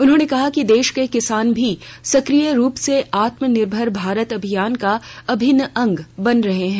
उन्होंने कहा कि देश के किसान भी सक्रिय रूप से आत्मनिर्मर भारत अभियान का अभिन्न अंग बन रहे हैं